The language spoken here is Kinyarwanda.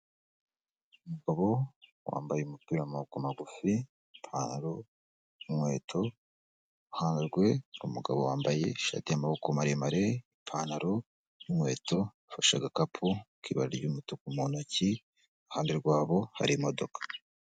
Umugabo wambaye umupira w'amaboko magufi, ipantaro n'inkweto. Iruhande rwe hari umugabo wambaye ishati y'amaboko maremare, ipantaro n'inkweto, afashe agakapu k'ibara ry'umutuku mu ntoki. Iruhande rwabo hari imodoka.